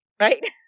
right